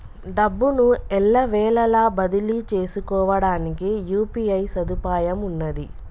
డబ్బును ఎల్లవేళలా బదిలీ చేసుకోవడానికి యూ.పీ.ఐ సదుపాయం ఉన్నది